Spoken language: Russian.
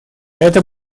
это